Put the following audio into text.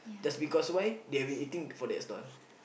that's because why they have been eating before at the stall